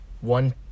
one